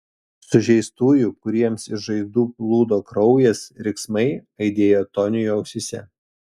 sužeistųjų kuriems iš žaizdų plūdo kraujas riksmai aidėjo toniui ausyse